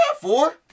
four